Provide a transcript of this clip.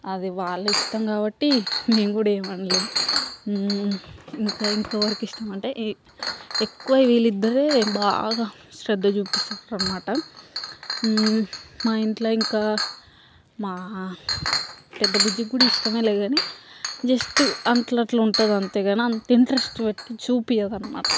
అది వాళ్ళ ఇష్టం కాబట్టి మేం కూడా ఏం అనలేం ఇంకా ఇంకెవరికి ఇష్టం అంటే ఎక్కువ వీళ్ళిద్దరే బాగా శ్రద్ధ చూపిస్తారు అనమాట మా ఇంట్లో ఇంకా మా పెద్ద బుజ్జికి కూడా ఇష్టమేలే కాని జస్ట్ అట్ల అట్ల ఉంటుంది అంతేగాని అంత ఇంట్రెస్ట్ పెట్టి చూపించదు అనమాట